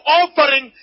offering